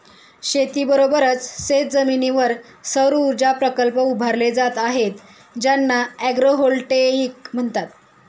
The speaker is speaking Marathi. शेतीबरोबरच शेतजमिनीवर सौरऊर्जा प्रकल्प उभारले जात आहेत ज्यांना ॲग्रोव्होल्टेईक म्हणतात